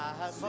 has